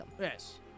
Yes